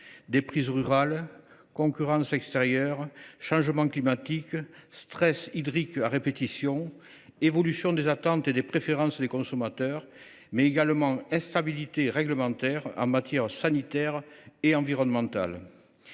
déprise rurale, concurrence extérieure, changement climatique, stress hydriques à répétition, évolution des attentes et des préférences des consommateurs, mais également instabilité réglementaire en matière sanitaire et environnementale.